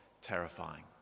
terrifying